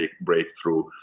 breakthrough